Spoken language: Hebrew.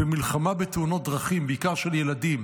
במלחמה בתאונות הדרכים, בעיקר של ילדים